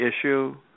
issue